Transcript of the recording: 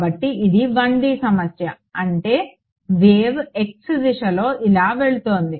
కాబట్టి ఇది 1D సమస్య అంటే వేవ్ x దిశలో ఇలా వెళుతోంది